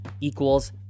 equals